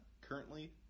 currently